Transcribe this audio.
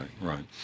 right